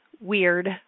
Weird